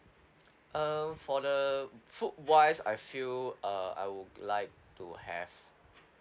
um for the food wise I feel uh I would like to have